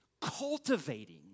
cultivating